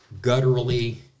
gutturally